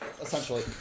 essentially